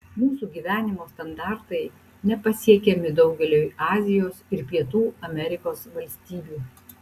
mūsų gyvenimo standartai nepasiekiami daugeliui azijos ir pietų amerikos valstybių